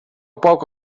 poc